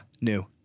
new